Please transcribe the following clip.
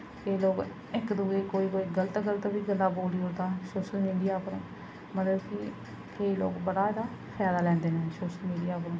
केईं लोग इक दूए गी गल्त गल्त गल्लां बी बोली ओड़दा सोशल मीडिया उप्पर मतलब कि केईं लोक बड़ा एह्दा फैदा लैंदे न सोशल मीडिया दा